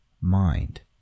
mind